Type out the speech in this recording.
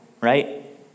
right